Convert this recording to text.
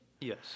Yes